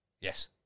Yes